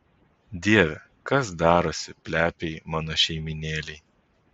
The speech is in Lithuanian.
dieve kas darosi plepiai mano šeimynėlei